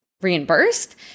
reimbursed